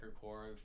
core